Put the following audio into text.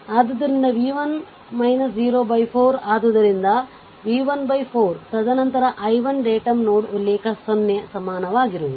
ಆದ್ದರಿಂದ 4 ಆದ್ದರಿಂದ v 14 ತದನಂತರ i 1 ಡೇಟಮ್ ನೋಡ್ ಉಲ್ಲೇಖ 0 ಸಮನಾಗಿರುವುದು